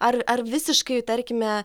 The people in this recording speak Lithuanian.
ar ar visiškai tarkime